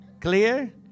Clear